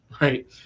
right